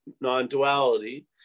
non-duality